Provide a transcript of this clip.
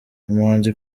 umuhanzi